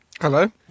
hello